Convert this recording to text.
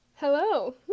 Hello